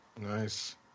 Nice